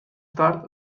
tard